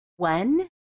one